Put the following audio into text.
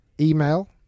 email